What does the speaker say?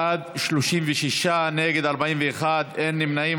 בעד, 36, נגד, 41, אין נמנעים.